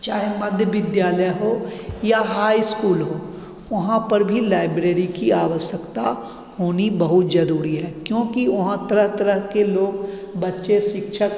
चाहे मध्य विद्यालय हो या हाई स्कूल हो वहाँ पर भी लाइब्रेरी की आवश्यकता होनी बहुत जरूरी है क्योंकि वहाँ तरह तरह के लोग बच्चे शिक्षक